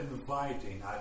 inviting